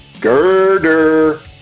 Girder